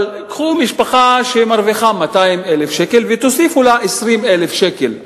אבל קחו משפחה שמרוויחה 200,000 שקל ותוסיפו לה 20,000 שקל,